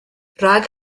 rhag